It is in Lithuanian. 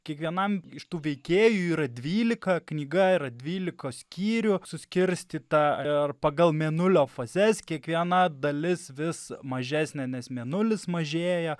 kiekvienam iš tų veikėjų yra dvylika knyga yra dvylikos skyrių suskirstyta ir pagal mėnulio fazes kiekviena dalis vis mažesnė nes mėnulis mažėja